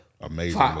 amazing